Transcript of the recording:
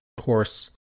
horse